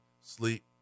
sleep